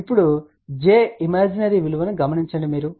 ఇప్పుడు j imaginary విలువను గమనించండి j 1